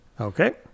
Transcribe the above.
Okay